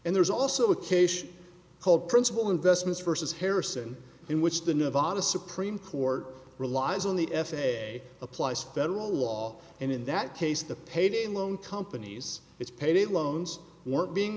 and there's also a case called principal investments versus harrison which the nevada supreme court relies on the f a a applies federal law and in that case the payday loan companies its payday loans weren't being